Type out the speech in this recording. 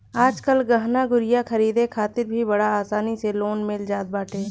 आजकल गहना गुरिया खरीदे खातिर भी बड़ा आसानी से लोन मिल जात बाटे